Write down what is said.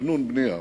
בתכנון בנייה,